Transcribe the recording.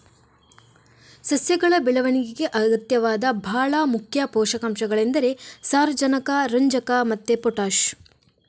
ಸಸ್ಯಗಳ ಬೆಳವಣಿಗೆಗೆ ಅಗತ್ಯವಾದ ಭಾಳ ಮುಖ್ಯ ಪೋಷಕಾಂಶಗಳೆಂದರೆ ಸಾರಜನಕ, ರಂಜಕ ಮತ್ತೆ ಪೊಟಾಷ್